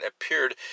appeared